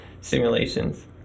simulations